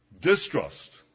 Distrust